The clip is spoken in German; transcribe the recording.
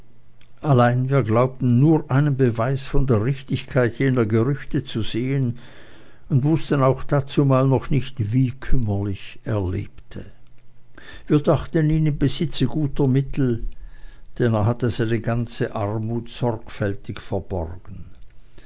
allein wir glaubten nur einen beweis von der richtigkeit jener gerüchte zu sehen und wußten auch dazumal noch nicht wie kümmerlich er lebte wir dachten ihn im besitze guter mittel denn er hatte seine armut sorgfältig verborgen